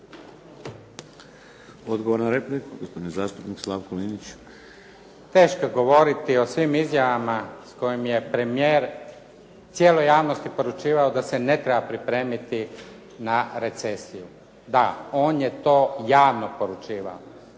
Odgovor na repliku. Gospodin zastupnik Slavko Linić. **Linić, Slavko (SDP)** Teško je govoriti o svim izjavama kojim je premijer cijeloj javnosti poručivao da se ne treba pripremiti na recesiju. Da, on je to javno poručivao.